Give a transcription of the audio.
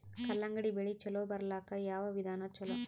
ಕಲ್ಲಂಗಡಿ ಬೆಳಿ ಚಲೋ ಬರಲಾಕ ಯಾವ ವಿಧಾನ ಚಲೋ?